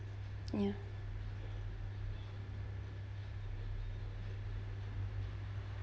ya